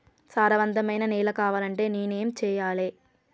సారవంతమైన నేల కావాలంటే నేను ఏం చెయ్యాలే?